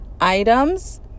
items